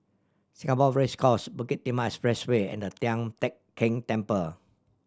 Singapore Race Course Bukit Timah Expressway and Tian Teck Keng Temple